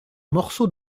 morceau